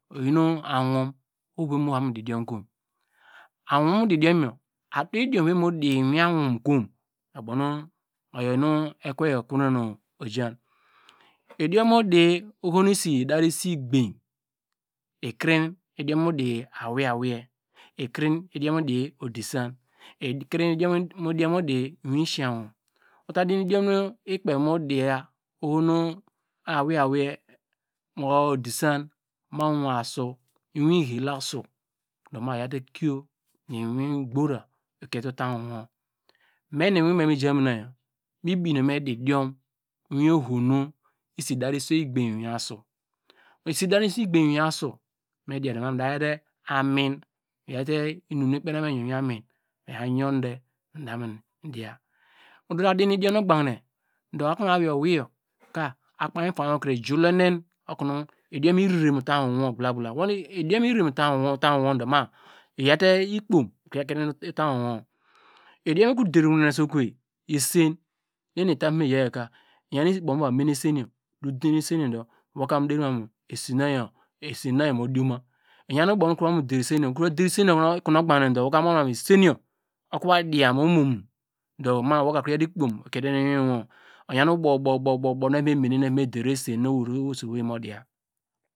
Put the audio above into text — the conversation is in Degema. Oyin ahum ohovo nu ovamu didiom kom, ahum nu mu didiomyor ohovo nu ova mu di diom yor kom oya inum ekwe yor nu okwene ojan idiom mu di ohonu isi idare iso egbany ikrin mu idiom mu di awei ikrin mu idiom mu di odisan ikrin mu idiom mu di mu isi ahum uta di idiom ikpe oho mu di awei wei ma odisan ma asu ihelasu ma nyawte ikio nu iwin gbora okiete utam wowo me nu iwin me mi jamina yor mi birie kome di- diom miyi oho nu isi derte isu egbainy mu iwin asu isu iderte isi igbany mu iwin asu ma mi yor te amin nu inu. nu ikpen okuno me yon miovom amin miyom de mida mi diya udi idiom nu ugbany ke do okonu awei owei yor akpei ifainy wor kre ijislohine idiom mu yor irere mu iwin itany wor gbla gbla idiom irere mu utany wowodu iyorte ikpom kiete utam wowo idiom ukro der wenese okove isen nu eni etave mue ya yor ka iyan ubow ubow mu va mene ise yor mu dioma ovon okuovo ova der esen yor woka mu mu mun ma ma woka ukro yaw te ikpom okiete iwin wor oyan ubow ubow nu evome der esen nu woma diya